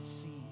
see